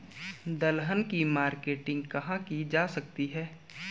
दलहन की मार्केटिंग कहाँ की जा सकती है?